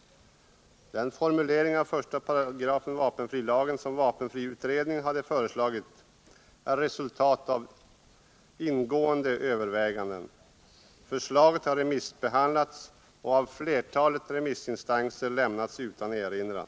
Den formulering av 1§ vapenfrilagen som vapenfriutredningen har föreslagit är resultatet av ingående överväganden. Förslaget har remissbehandlats och av ett flertal remissinstanser lämnats utan erinran.